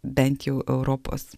bent jau europos